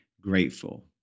grateful